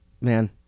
man